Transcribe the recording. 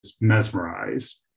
mesmerized